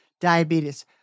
diabetes